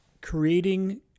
creating